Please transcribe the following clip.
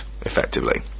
effectively